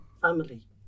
family